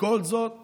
וכל זאת